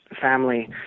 family